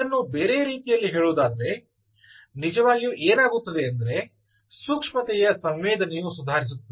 ಇದನ್ನು ಬೇರೆ ರೀತಿಯಲ್ಲಿ ಹೇಳುವುದಾದರೆ ನಿಜವಾಗಿ ಏನಾಗುತ್ತದೆ ಎಂದರೆ ಸೂಕ್ಷ್ಮತೆಯ ಸಂವೇದನೆಯು ಸುಧಾರಿಸುತ್ತದೆ